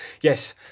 Yes